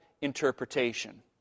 interpretation